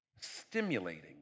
stimulating